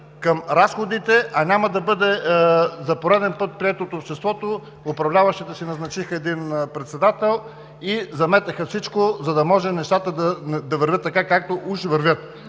към разходите, а няма да бъде за пореден път прието от обществото – управляващите си назначиха един председател и заметоха всичко, за да може нещата да вървят така, както уж вървят.